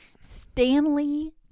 stanley